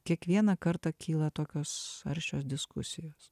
kiekvieną kartą kyla tokios aršios diskusijos